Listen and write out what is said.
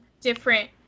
different